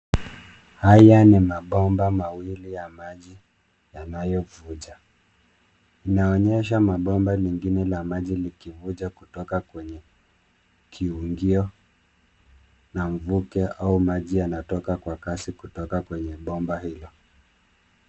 Haya ni mabomba mawili ya maji yanayovuja. Linaonyesha mabomba mengine ya maji likivuja kutoka kwenye kiungio, na mvuke au maji yanatoka kwa kasi kutoka kwenye bomba hilo.